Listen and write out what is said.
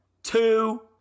two